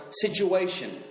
situation